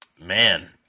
man